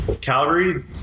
Calgary